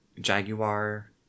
jaguar